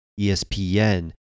ESPN